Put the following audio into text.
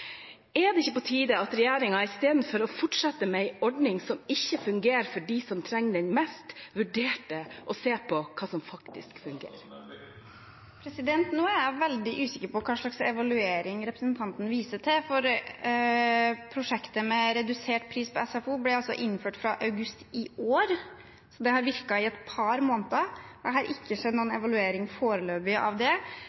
Er det ikke på tide at regjeringen i stedet for å fortsette med en ordning som ikke fungerer for dem som trenger det mest, vurderer å se på hva som faktisk fungerer? Nå er jeg veldig usikker på hvilken evaluering representanten viser til, for prosjektet med redusert pris på SFO ble innført i august i år, det har virket i et par måneder, og jeg har foreløpig ikke sett noen